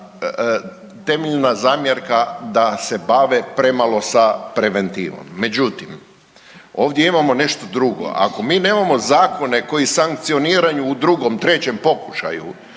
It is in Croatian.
je bila temeljna zamjerka da se bave premalo sa preventivom. Međutim, ovdje imamo nešto drugo. Ako mi nemamo zakone koji sankcioniraju u drugom, trećem pokušaju